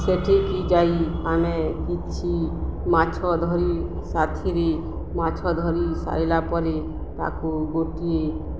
ସେଠିକି ଯାଇ ଆମେ କିଛି ମାଛ ଧରି ସାଥିରେ ମାଛ ଧରି ସାରିଲା ପରେ ତାକୁ ଗୋଟିଏ